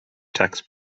tax